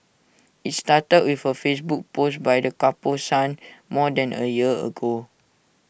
IT started with A Facebook post by the couple's son more than A year ago